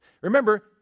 Remember